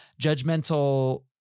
judgmental